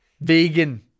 Vegan